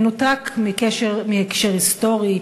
מנותק מהקשר היסטורי,